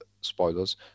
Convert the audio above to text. spoilers